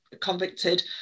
convicted